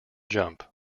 jump